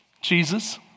Jesus